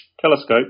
telescope